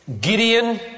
Gideon